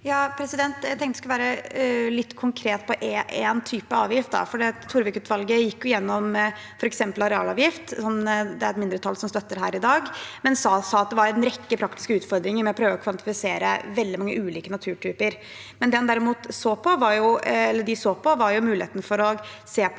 Jeg tenk- te å være litt konkret på én type avgift. Torvik-utvalget gikk f.eks. gjennom arealavgift – som det er et mindretall som støtter her i dag – og sa at det var en rekke praktiske utfordringer med å prøve å kvantifisere veldig mange ulike naturtyper. Det de derimot så på, var muligheten for å se på